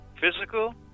Physical